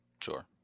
Sure